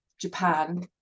Japan